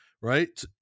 right